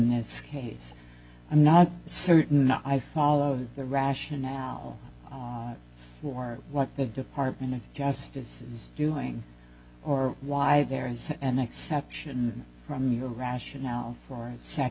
this case i'm not certain i follow the rationale for what the department of justice is doing or why there is an exception from your rationale for a